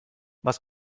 was